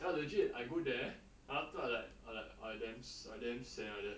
ya legit I go there then after like I like I damn I damn sad like that